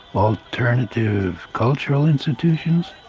alternative culture institutions,